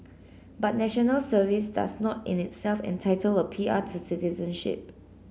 but National Service does not in itself entitle a P R to citizenship